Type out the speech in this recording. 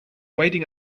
waiting